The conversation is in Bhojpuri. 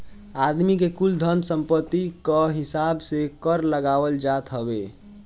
आदमी के कुल धन सम्पत्ति कअ हिसाब से कर लगावल जात हवे